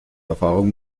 erfahrung